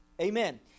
Amen